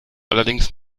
allerdings